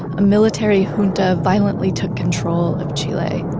a military junta violently took control of chile.